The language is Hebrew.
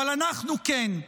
אבל אנחנו כן.